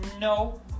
No